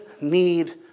need